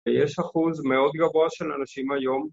‫ויש אחוז מאוד גבוה של אנשים היום...